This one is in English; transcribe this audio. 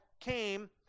came